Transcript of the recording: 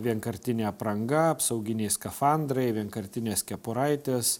vienkartinė apranga apsauginiai skafandrai vienkartinės kepuraitės